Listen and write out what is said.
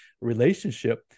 relationship